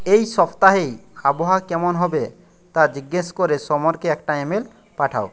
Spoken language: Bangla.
এই সপ্তাহেই আবহাওয়া কেমন হবে তা জিজ্ঞাসা করে সমরকে একটা ইমেল পাঠাও